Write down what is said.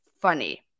funny